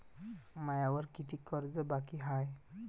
मायावर कितीक कर्ज बाकी हाय?